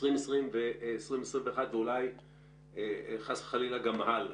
2020 ו-2021, ואולי חס וחלילה גם הלאה,